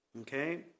okay